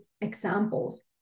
examples